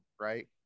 right